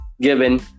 given